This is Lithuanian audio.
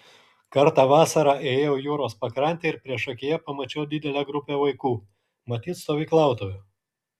kartą vasarą ėjau jūros pakrante ir priešakyje pamačiau didelę grupę vaikų matyt stovyklautojų